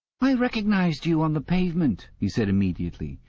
i recognized you on the pavement he said immediately.